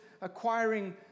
acquiring